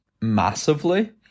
massively